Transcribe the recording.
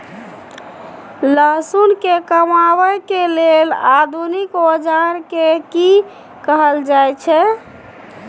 लहसुन के कमाबै के लेल आधुनिक औजार के कि कहल जाय छै?